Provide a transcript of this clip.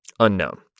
unknown